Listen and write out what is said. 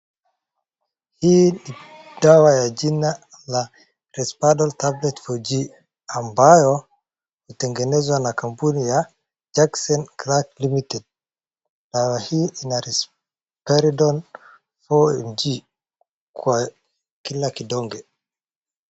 Hii dawa ya jina la resperdal tablets four G ambayo hutengenezwa na kampuni ya texteme crack limited dawa hii ina resperdal four MG , kwa kila kidonge.